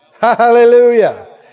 Hallelujah